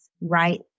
right